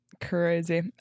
Crazy